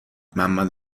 ممد